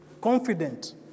confident